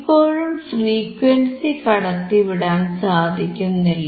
ഇപ്പോഴും ഫ്രീക്വൻസി കടത്തിവിടാൻ സാധിക്കുന്നില്ല